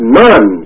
none